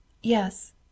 Yes